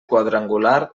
quadrangular